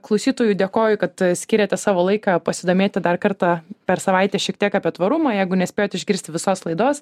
klausytojui dėkoju kad skiriate savo laiką pasidomėti dar kartą per savaitę šiek tiek apie tvarumą jeigu nespėjot išgirsti visos laidos